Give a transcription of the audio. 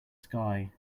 sky